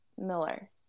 Miller